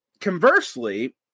conversely